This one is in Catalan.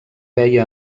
veia